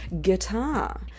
guitar